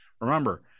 Remember